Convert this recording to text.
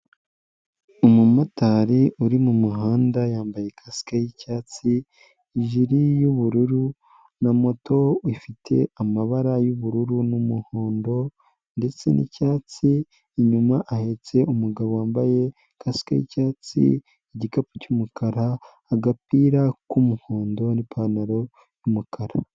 Umumotari uri mu muhanda yambaye ikasike y'icyatsi, ijiri y'ubururu na moto ifite amabara y'ubururu n'umuhondo, ndetse n'icyatsi inyuma ahetse umugabo wambaye kasike y'icyatsi, igikapu cy'umukara, agapira k'umuhondo, n'ipantaro y'umukara.